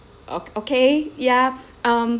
ok~ okay ya um